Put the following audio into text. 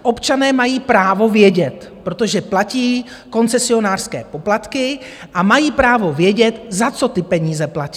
Občané mají právo vědět, protože platí koncesionářské poplatky, a mají právo vědět, za co ty peníze platí.